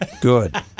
Good